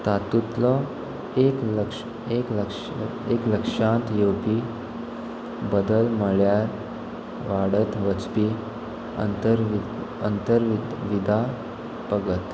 तातूंतलो एक लक्ष एक लक्ष एक लक्षांत येवपी बदल म्हळ्यार वाडत वचपी अंतर अंतर्वि विदा पगत